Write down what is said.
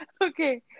Okay